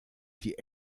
die